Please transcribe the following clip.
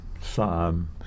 psalm